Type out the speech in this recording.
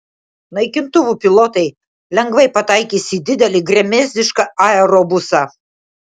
naikintuvų pilotai lengvai pataikys į didelį gremėzdišką aerobusą